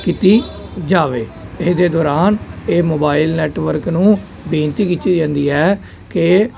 ਕੀਤੀ ਜਾਵੇ ਇਹਦੇ ਦੌਰਾਨ ਇਹ ਮੋਬਾਈਲ ਨੈਟਵਰਕ ਨੂੰ ਬੇਨਤੀ ਕੀਤੀ ਜਾਂਦੀ ਹੈ ਕਿ